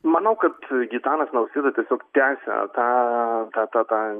manau kad gitanas nausėda tiesiog tęsia tą tą tą tą